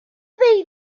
they